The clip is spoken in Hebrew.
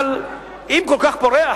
אבל אם כל כך פורח,